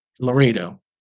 Laredo